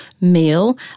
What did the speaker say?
meal